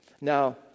Now